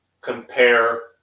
compare